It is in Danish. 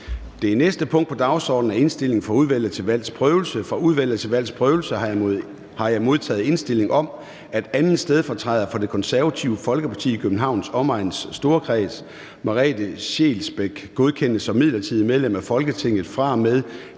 Jarlov (KF). Kl. 13:01 Forhandling Formanden (Søren Gade): Fra Udvalget til Valgs Prøvelse har jeg modtaget indstilling om, at 2. stedfortræder for Det Konservative Folkeparti i Københavns Omegns Storkreds, Merete Scheelsbeck, godkendes som midlertidigt medlem af Folketinget fra og med